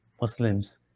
Muslims